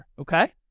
okay